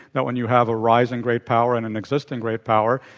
that when you have a rising great power and an existing great power,